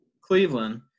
Cleveland